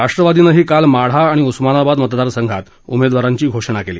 राष्ट्रवादी काँग्रेसनंही काल माढा आणि उस्मानाबाद मतदारसंघात उमेदवारांची घोषणा केली